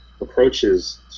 approaches